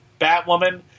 Batwoman